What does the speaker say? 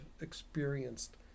experienced